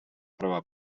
prova